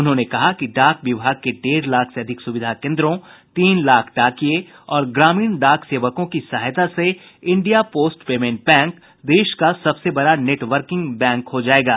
उन्होंने कहा कि डाक विभाग के डेढ़ लाख से अधिक सुविधा केन्द्रों तीन लाख डाकिये और ग्रामीण डाक सेवकों की सहायता से इंडिया पोस्ट पेमेंट बैंक देश का सबसे बड़ा नेटवर्किंग बैंक हो जायेगा